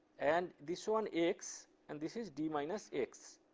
and this one x, and this is d minus x.